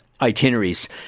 itineraries